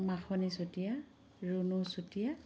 Makhani Chutia Runu Chutia